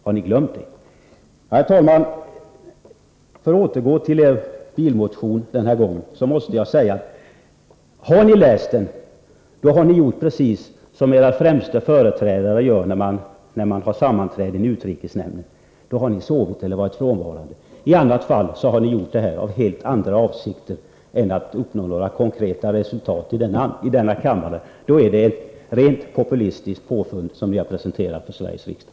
För att återgå till er bilmotion den här gången, måste jag säga att har ni läst den, har ni gjort precis som era främsta företrädare gör när man har sammanträde i utrikesnämnden: då har ni sovit eller varit frånvarande. I annat fall har ni väckt den här motionen i helt andra avsikter än att uppnå några konkreta resultat i denna kammare. Då är det ett rent populistiskt påfund som ni har presenterat för Sveriges riksdag.